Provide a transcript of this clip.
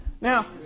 Now